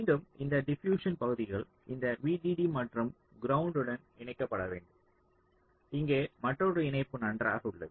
மீண்டும் இந்த டிபியுஸ்சன் பகுதிகள் இந்த VDD மற்றும் கிரவுண்ட்வுடன் இணைக்கப்பட வேண்டும் இங்கே மற்றொரு இணைப்பு நன்றாக உள்ளது